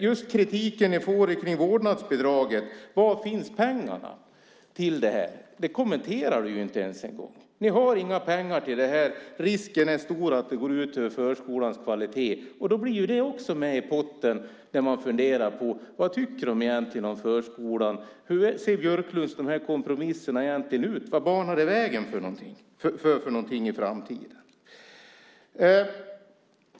Ni får kritik i fråga om vårdnadsbidraget. Var finns pengarna till det? Det kommenterar du inte ens en gång. Ni har inga pengar till det, och risken är stor att det går ut över förskolans kvalitet. Då blir det också med i botten när man funderar på vad ni egentligen tycker om förskolan. Hur ser Björklunds kompromisser egentligen ut? Vad banar det vägen för för någonting i framtiden?